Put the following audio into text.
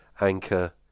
Anchor